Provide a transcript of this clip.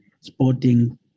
sporting